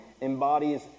embodies